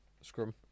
scrum